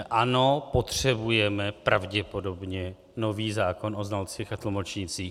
Ano, potřebujeme pravděpodobně nový zákon o znalcích a tlumočnících.